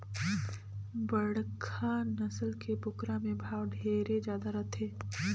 बड़खा नसल के बोकरा के भाव ढेरे जादा रथे